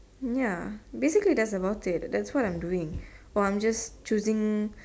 ya basically that's about it that's what I am doing while I am just choosing